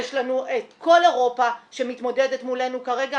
יש לנו את כל אירופה שמתמודדת מולנו כרגע.